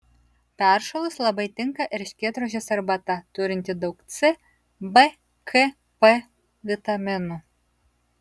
peršalus labai tinka erškėtrožės arbata turinti daug c b k p vitaminų